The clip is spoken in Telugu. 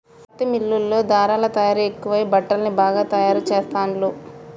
పత్తి మిల్లుల్లో ధారలా తయారీ ఎక్కువై బట్టల్ని బాగా తాయారు చెస్తాండ్లు